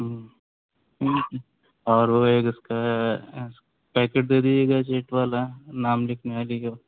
اور وہ ایک اس کا پیکٹ دے دیجیے گا جیٹ والا نام لکھنے والی